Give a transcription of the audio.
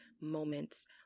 moments